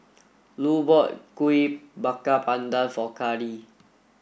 Lu bought Kuih Bakar Pandan For Karlie